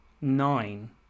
nine